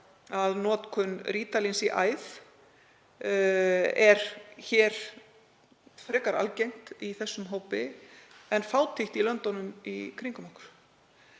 að notkun rítalíns í æð er frekar algeng í þessum hópi en fátíð í löndunum í kringum okkur.